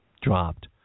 dropped